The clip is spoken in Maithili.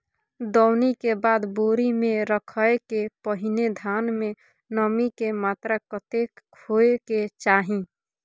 दौनी के बाद बोरी में रखय के पहिने धान में नमी के मात्रा कतेक होय के चाही?